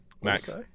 Max